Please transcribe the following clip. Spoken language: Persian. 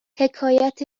حکایت